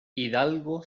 hidalgo